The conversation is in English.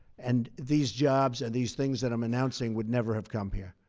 and these jobs and these things that i'm announcing would never have come here.